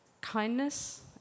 kindness